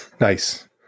Nice